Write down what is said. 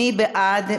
מי בעד?